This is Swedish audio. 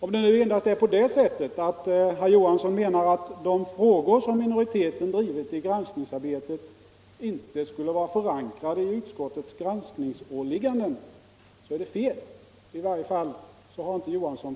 Om det nu endast är så att herr Johansson menar att de frågor som minoriteten drivit i granskningsarbetet inte skulle vara förankrade i utskottets granskningsåligganden, så är det fel. Herr Johansson har i varje fall